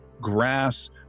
grass